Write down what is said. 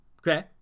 Okay